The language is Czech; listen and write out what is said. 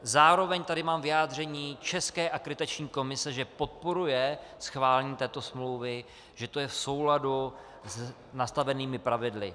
Zároveň tady mám vyjádření české Akreditační komise, že podporuje schválení této smlouvy, že je to v souladu s nastavenými pravidly.